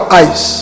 eyes